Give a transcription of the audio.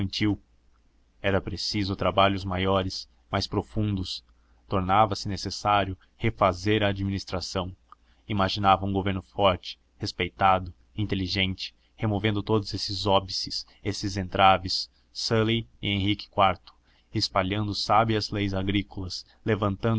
infantil era preciso trabalhos maiores mais profundos tornava-se necessário refazer a administração imaginava um governo forte respeitado inteligente removendo todos esses óbices esses entraves sully e henrique iv espalhando sábias leis agrárias levantando